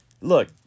look